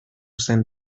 zen